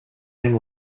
and